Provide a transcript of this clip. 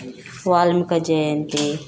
Valmiki Jayanti